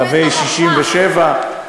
קווי 67'. בעזה כיסו את המפה.